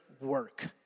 work